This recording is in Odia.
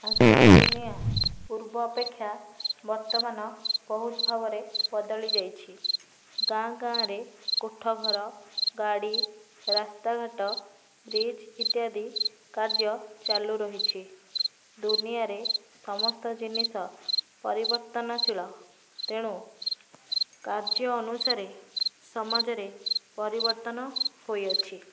ଆଜିର ଦୁନିଆ ପୂର୍ବ ଅପେକ୍ଷା ବର୍ତ୍ତମାନ ବହୁତ ଭାବରେ ବଦଳି ଯାଇଛି ଗାଁ ଗାଁରେ କୋଠାଘର ଗାଡ଼ି ରାସ୍ତାଘାଟ ବ୍ରିଜ୍ ଇତ୍ୟାଦି କାର୍ଯ୍ୟ ଚାଲୁ ରହିଛି ଦୁନିଆରେ ସମସ୍ତ ଜିନିଷ ପରିବର୍ତ୍ତନଶୀଳ ତେଣୁ କାର୍ଯ୍ୟ ଅନୁସାରେ ସମାଜରେ ପରିବର୍ତ୍ତନ ହୋଇଅଛି